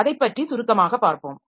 அதைப்பற்றி சுருக்கமாக பார்ப்போம்